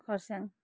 Kurseong